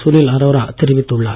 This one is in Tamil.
சுனில் அரோரா தெரிவித்துள்ளார்